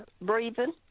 breathing